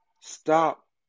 Stop